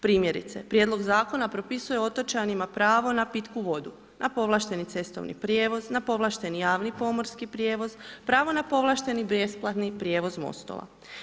Primjerice, prijedlog zakona propisuje otočanima pravo na pitku vodu, na povlašteni cestovni prijevoz, na povlašteni, na povlašteni javni pomorski prijevoz, pravo na povlašteni besplatni prijevoz mostova.